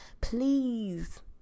please